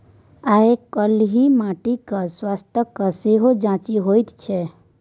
आयकाल्हि माटिक स्वास्थ्यक सेहो जांचि होइत छै